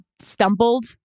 stumbled